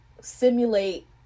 simulate